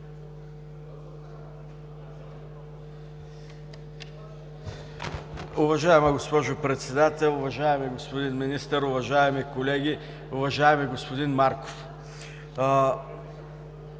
Уважаема госпожо Председател, уважаеми господин Министър, уважаеми колеги! Уважаеми господин Марков,